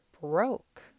broke